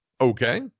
okay